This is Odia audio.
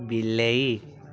ବିଲେଇ